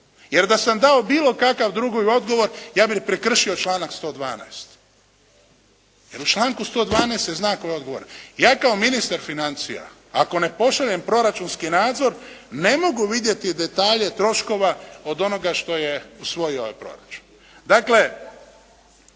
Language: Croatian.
Jer da sam dao bilo kakav drugi odgovor ja bih prekršio članak 112. jer u članku 112. se zna tko je odgovoran. Ja kao ministar financija ako ne pošaljem proračunski nadzor ne mogu vidjeti detalje troškova od onoga što je usvojio ovaj proračun. Dakle